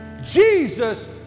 Jesus